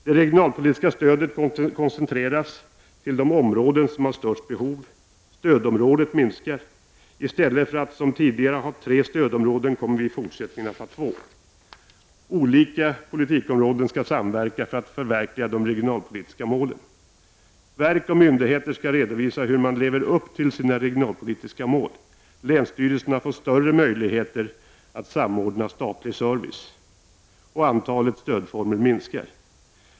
— Det regionalpolitiska stödet koncentreras till de områden som har störst behov. Stödområdet minskar. I stället för att som tidigare ha tre stödområden kommer vi i fortsättningen att ha två. —- Olika politikområden skall samverka för att förverkliga de regionalpolitiska målen. Verk och myndigheter skall redovisa hur man lever upp till sina regionalpolitiska mål. Länsstyrelserna får större möjligheter att samordna statlig service. — Antalet stödformer minskar.